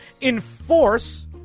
Enforce